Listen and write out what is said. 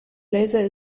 laser